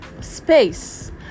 space